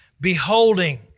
beholding